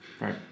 Right